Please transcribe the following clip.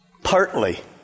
Partly